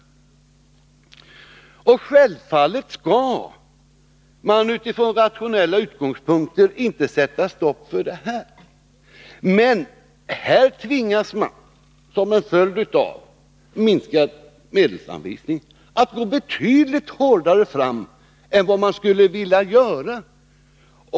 Självfallet skall man utifrån rationella utgångspunkter inte sätta stopp för det här. Men här tvingas man, som en följd av en minskning av medelsanvisningen, att gå betydligt hårdare fram än vad man skulle vilja göra.